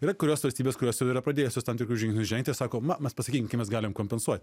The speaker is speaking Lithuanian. yra kurios valstybės kurios jau yra pradėjusios tam tikrus žingsnius žengt ir sako na mes pasakykim kaip mes galim kompensuoti